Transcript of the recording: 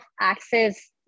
access